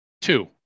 two